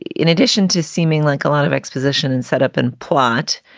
in addition to seeming like a lot of exposition and setup and plot,